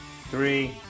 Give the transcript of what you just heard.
three